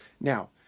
Now